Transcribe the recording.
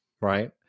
right